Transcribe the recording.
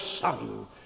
Son